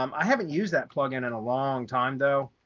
um i haven't used that plugin in a long time, though.